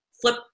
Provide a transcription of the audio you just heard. flip